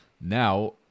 now